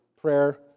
prayer